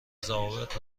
ضوابط